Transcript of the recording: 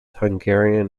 hungarian